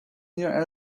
near